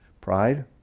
Pride